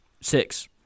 Six